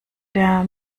der